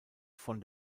von